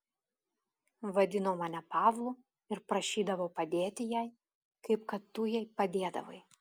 vadino mane pavlu ir prašydavo padėti jai kaip kad tu jai padėdavai